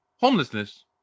homelessness